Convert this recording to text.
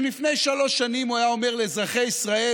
אם לפני שלוש שנים הוא היה אומר לאזרחי ישראל,